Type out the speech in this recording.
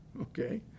Okay